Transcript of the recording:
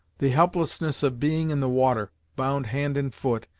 the helplessness of being in the water, bound hand and foot,